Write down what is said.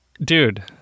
dude